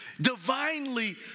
divinely